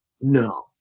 No